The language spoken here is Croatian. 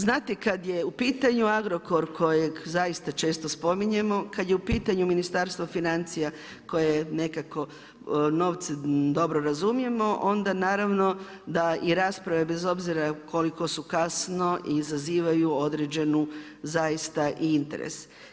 Znati kad je u pitanju Agrokor kojeg zaista često spominjemo, kad je u pitanju Ministarstvo financija koje nekako novce dobro razumijemo onda naravno da i rasprave bez obzira koliko su kasno izazivaju određenu zaista i interes.